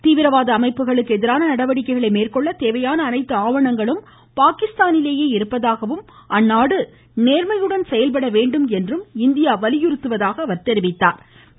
தீவிரவாத அமைப்புகளுக்கு எதிரான நடவடிக்கைகளை மேற்கொள்ள தேவையான அனைத்து ஆவணங்களும் பாகிஸ்தானிலேயே இருப்பதாகவும் அந்நாடு நேர்மையுடன் செயல்பட வேண்டும் என்றும் இந்தியா வலியுறுத்தியுள்ளது